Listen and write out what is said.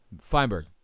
Feinberg